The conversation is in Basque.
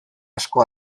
asko